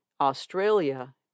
Australia